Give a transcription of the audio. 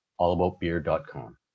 allaboutbeer.com